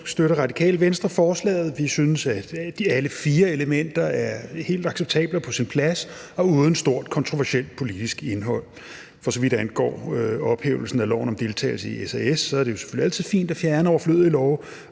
støtter Radikale Venstre forslaget. Vi synes, at alle fire elementer er helt acceptable og på sin plads og uden stort kontroversielt politisk indhold. For så vidt angår ophævelsen af loven om deltagelse i SAS, er det selvfølgelig altid fint at fjerne overflødige love,